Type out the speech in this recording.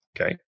okay